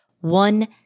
One